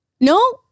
No